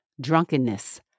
drunkenness